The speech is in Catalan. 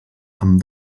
amb